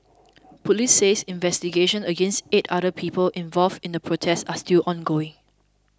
police says investigations against eight other people involved in the protest are still ongoing